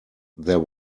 there